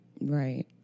Right